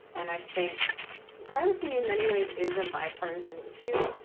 and i think privacy in many ways is a bipartisan issue,